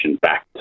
back